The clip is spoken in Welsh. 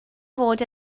fod